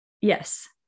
Yes